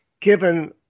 given